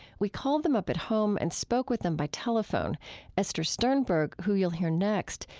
we called them up at home and spoke with them by telephone esther sternberg, who you'll hear next,